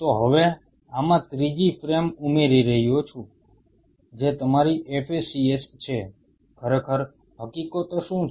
તો હવે હું આમાં ત્રીજી ફ્રેમ ઉમેરી રહ્યો છું જે તમારી FACS છે ખરેખર હકીકતો શું છે